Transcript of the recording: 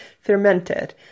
fermented